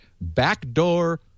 backdoor